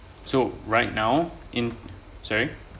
so right now in sorry